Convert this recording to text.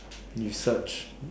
you search